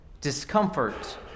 discomfort